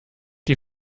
die